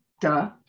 duh